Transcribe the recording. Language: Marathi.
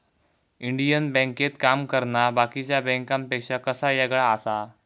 इंडियन बँकेत काम करना बाकीच्या बँकांपेक्षा कसा येगळा आसा?